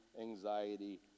anxiety